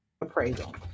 appraisal